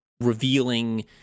revealing